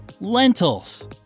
Lentils